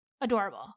adorable